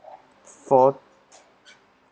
for